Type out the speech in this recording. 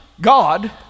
God